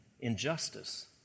injustice